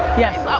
yes.